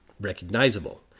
recognizable